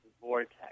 vortex